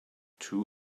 two